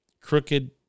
crooked